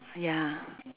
ya